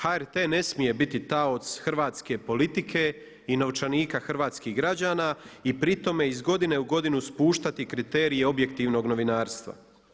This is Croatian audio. HRT ne smije biti taoc hrvatske politike i novčanika hrvatskih građana i pri tome iz godine u godinu spuštati kriterije objektivnog novinarstva.